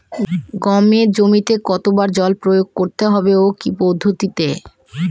গমের জমিতে কতো বার জল প্রয়োগ করতে হবে ও কি পদ্ধতিতে?